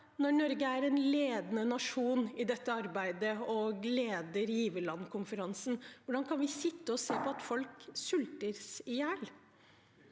når Norge er en ledende nasjon i dette arbeidet og leder giverlandskonferansen: Hvordan kan vi sitte og se på at folk sultes i hjel?